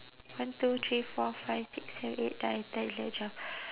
one two three four five six seven eight nine ten eleven twelve